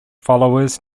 followers